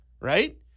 right